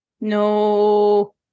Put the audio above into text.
No